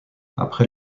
après